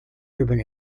urban